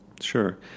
Sure